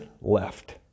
left